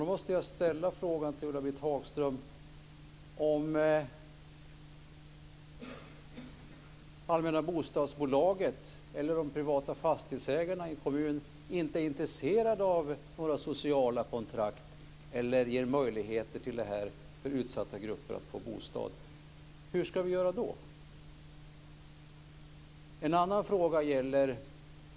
Jag måste därför fråga Ulla-Britt Hagström: Om det allmänna bostadsbolaget eller de privata fastighetsägarna i en kommun inte är intresserade av sociala kontrakt eller ger möjligheter för utsatta grupper att få en bostad, hur ska vi då göra?